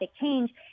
change